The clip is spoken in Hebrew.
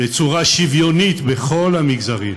בצורה שוויונית בכל המגזרים.